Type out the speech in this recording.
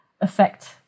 affect